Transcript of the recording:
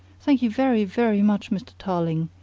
thank you very, very much, mr. tarling,